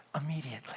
immediately